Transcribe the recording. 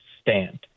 stand